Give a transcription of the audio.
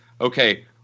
okay